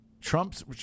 Trump's